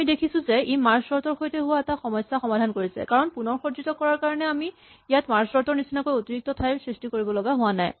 আমি দেখিছো যে ই মাৰ্জ চৰ্ট ৰ সৈতে হোৱা এটা সমস্যা সমাধান কৰিছে কাৰণ পুণৰসজ্জিত কৰাৰ কাৰণে আমি ইয়াত মাৰ্জ চৰ্ট ৰ নিচিনাকৈ অতিৰিক্ত ঠাইৰ সৃষ্টি কৰিব লগা হোৱা নাই